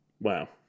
wow